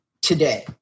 today